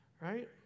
right